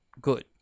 good